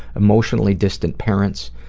emotionally distant parents,